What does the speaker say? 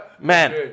Man